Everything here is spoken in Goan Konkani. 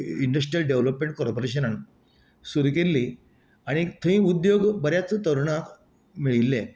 इन्डस्ट्रीयल डेव्हलोपमेंन्ट कॉर्पोरेशनांन सुरू केल्ली आनीक थंय उद्योग बऱ्याच तरुणांक मेळिल्ले